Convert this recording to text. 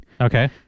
Okay